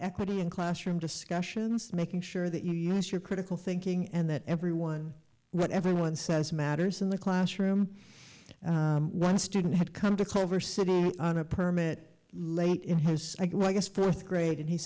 equity in classroom discussions making sure that you use your critical thinking and that everyone what everyone says matters in the classroom one student had come to culver city on a permit late in his fourth grade and he